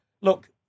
look